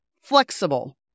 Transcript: flexible